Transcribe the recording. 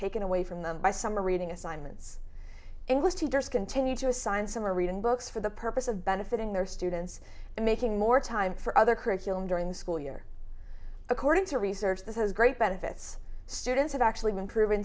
taken away from them by summer reading assignments english teachers continue to assign summer reading books for the purpose of benefiting their students and making more time for other curriculum during the school year according to research that has great by fitz students have actually been proven